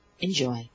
Enjoy